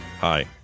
hi